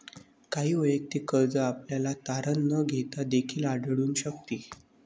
काही वैयक्तिक कर्ज आपल्याला तारण न घेता देखील आढळून शकते